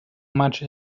much